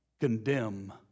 Condemn